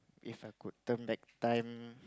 If I could turn back time